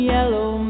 Yellow